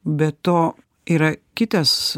be to yra kitas